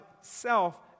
self